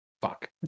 fuck